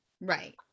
Right